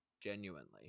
genuinely